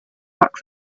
back